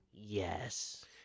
Yes